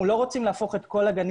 אנחנו לא רוצים להפוך את כל הגנים